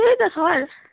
त्यही त सर